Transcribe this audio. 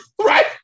Right